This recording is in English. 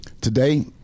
Today